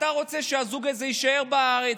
אתה רוצה שהזוג הזה יישאר בארץ,